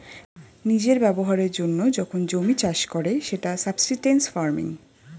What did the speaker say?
নিজের ব্যবহারের জন্য যখন জমি চাষ করে সেটা সাবসিস্টেন্স ফার্মিং